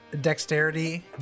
dexterity